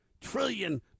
trillion